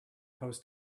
post